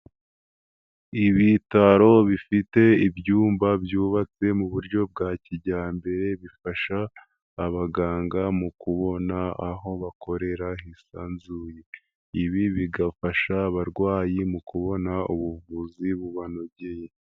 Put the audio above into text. Ibitaro bifite ibyumba byubatse mu buryo bwa kijyambere bifasha abaganga mu kubona aho bakorera hisanzuye, ibi bigafasha abarwayi mu kubona ubuvuzi bubanogeye.